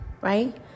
right